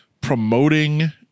promoting –